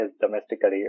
domestically